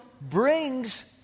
brings